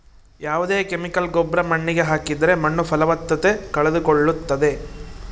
ಯಾವ್ದೇ ಕೆಮಿಕಲ್ ಗೊಬ್ರ ಮಣ್ಣಿಗೆ ಹಾಕಿದ್ರೆ ಮಣ್ಣು ಫಲವತ್ತತೆ ಕಳೆದುಕೊಳ್ಳುತ್ತದೆ